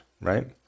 right